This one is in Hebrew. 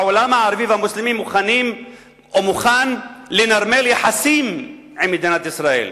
העולם הערבי והמוסלמי מוכן לנרמל יחסים עם מדינת ישראל.